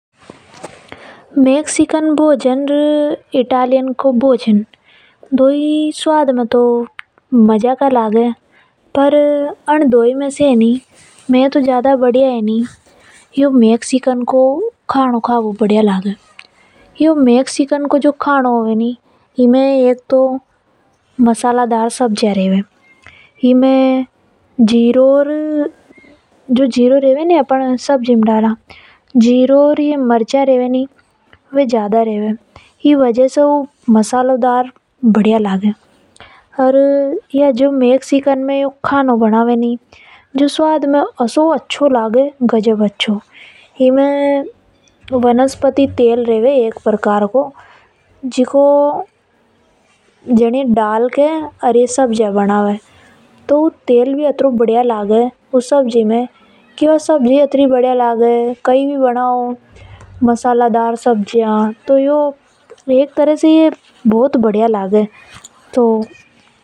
मैक्सिकन भोजन और इटालियन भोजन दोनों स्वाद में मजा का लगे। पर मै तो ए नि मैक्सिकन को खानो का बो बढ़िया लागे मेक्सिकन खाना में मसालेदार सब्जियां रेवे। एमे जीरो और मिर्ची ज्यादा रेवे जिसे ओर भी ज्यादा बढ़िया लागे यो स्वाद में घनों ज़्यादा अच्छों लागे। एमे एक प्रकार को वनस्पति तेल रेवे। जिसे ही ये सब्जियां बनावे। एक तरह से यहां को भोजन मेई तो बहुत बढ़िया लागे।